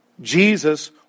Jesus